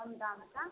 कम दाम का